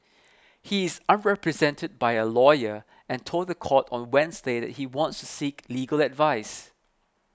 he is unrepresented by a lawyer and told the court on Wednesday that he wants to seek legal advice